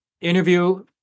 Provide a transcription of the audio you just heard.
interview